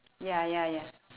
ya ya ya